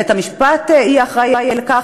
בית-המשפט יהיה אחראי לכך,